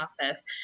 office